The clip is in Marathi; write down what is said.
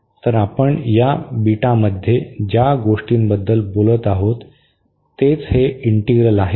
तर आपण या बीटामध्ये ज्या गोष्टींबद्दल बोलत आहोत तेच हे इंटीग्रल आहे